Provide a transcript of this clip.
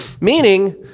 meaning